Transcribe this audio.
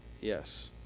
Yes